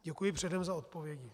Děkuji předem za odpovědi.